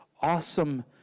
awesome